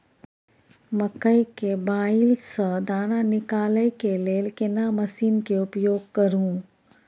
मकई के बाईल स दाना निकालय के लेल केना मसीन के उपयोग करू?